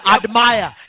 admire